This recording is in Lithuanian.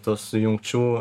tas jungčių